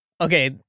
okay